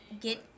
get